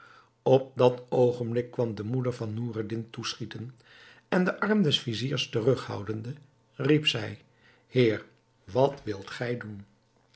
op dat oogenblik kwam de moeder van noureddin toeschieten en den arm des viziers terughoudende riep zij heer wat wilt gij doen